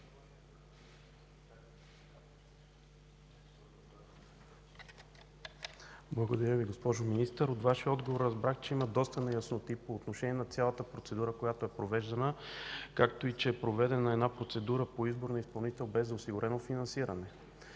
Благодаря Ви, госпожо Министър. От Вашия отговор разбрах, че има доста неясноти по отношение на цялата процедура, която е провеждана, както и че е проведена процедура по избор на изпълнител, без да е осигурено финансиране.